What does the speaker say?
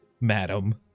madam